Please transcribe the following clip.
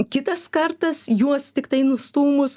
kitas kartas juos tiktai nustūmus